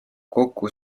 kokku